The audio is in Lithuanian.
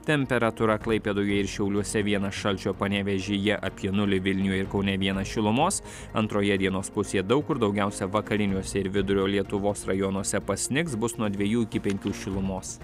temperatūra klaipėdoje ir šiauliuose vienas šalčio panevėžyje apie nulį vilniuj ir kaune vienas šilumos antroje dienos pusėje daug kur daugiausia vakariniuose ir vidurio lietuvos rajonuose pasnigs bus nuo dvejų iki penkių šilumos